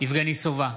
יבגני סובה,